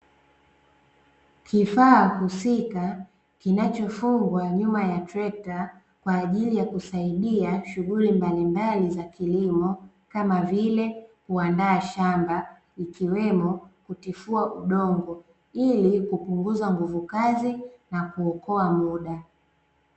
Kifaa husika kinachofungwa nyuma ya trekta kwaajili ya kusaidia shughuli mbalimbali za kilimo, kama vile kuandaa shamba ikiwemo kutifua udongo, ili kupunguza nguvu kazi na kuokoa muda.